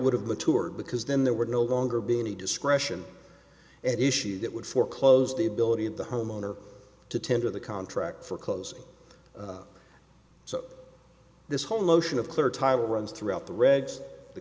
would have matured because then there were no longer be any discretion at issue that would foreclose the ability of the homeowner to tender the contract for closing so this whole notion of clear title runs through out the regs the